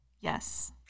Yes